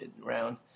round